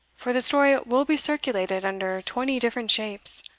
for the story will be circulated under twenty different shapes.